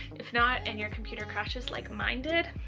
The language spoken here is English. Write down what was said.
if not, and your computer crashes like mine did,